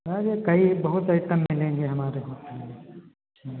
अरे कई बहुत आइटम मिलेंगे हमारे होटल में